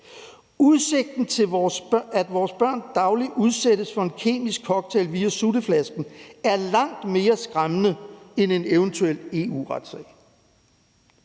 Udsigten til at vores børn dagligt udsættes for en kemikalie-cocktail via sutteflasken er langt mere skræmmende, end en eventuel EU-retssag.«